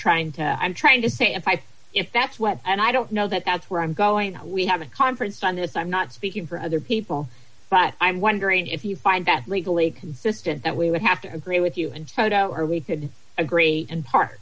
trying to i'm trying to say if i if that's what and i don't know that that's where i'm going to we have a conference on this i'm not speaking for other people but i'm wondering if you find that legally consistent that we would have to agree with you in toto are we could agree in par